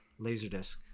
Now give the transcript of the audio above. Laserdisc